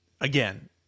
Again